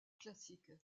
classique